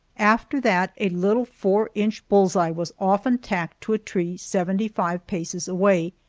after that a little four-inch bull's-eye was often tacked to a tree seventy-five paces away,